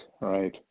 right